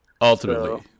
Ultimately